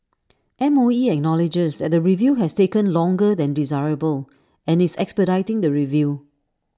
M O E acknowledges that the review has taken longer than desirable and is expediting the review